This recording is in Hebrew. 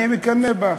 אני מקנא בך.